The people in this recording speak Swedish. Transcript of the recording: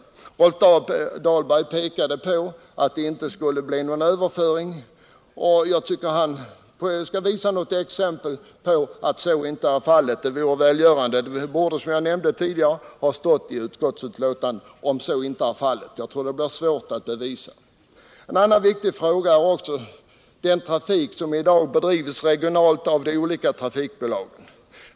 Rolf Dahlberg pekade på att det inte skulle bli någon överföring. Jag tycker att han bör visa något exempel på att så inte blir fallet — det vore välgörande. Som jag nämnde tidigare borde det ha stått i utskottsbetänkandet. Men jag tror det blir svårt att komma med bevis här. En annan viktig fråga gäller den trafik som i dag bedrivs regionalt av de olika trafikbolagen.